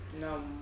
no